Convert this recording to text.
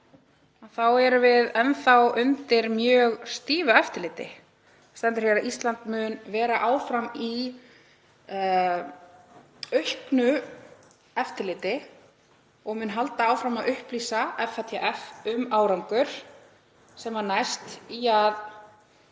erum við enn undir mjög stífu eftirliti. Það stendur hér að Ísland verði áfram í auknu eftirliti og muni halda áfram að upplýsa FATF um árangur sem næst í að